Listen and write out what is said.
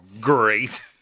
great